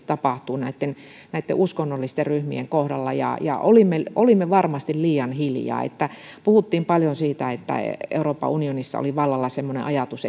tapahtuu näitten näitten uskonnollisten ryhmien kohdalla ja ja olimme olimme varmasti liian hiljaa puhuttiin paljon siitä että euroopan unionissa oli vallalla semmoinen ajatus